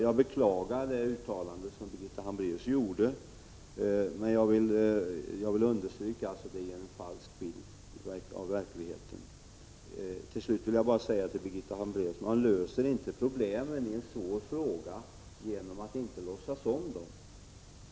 Jag beklagar det uttalande Birgitta Hambraeus gjorde, och jag vill understryka att det ger en falsk bild av verkligheten. Till slut vill jag bara säga till Birgitta Hambraeus att man inte löser svåra problem genom att inte låtsas om dem.